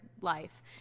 life